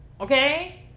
okay